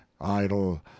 idle